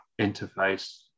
interface